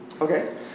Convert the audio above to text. Okay